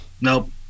nope